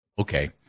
Okay